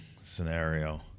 scenario